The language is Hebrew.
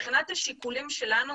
מבחינת השיקולים שלנו,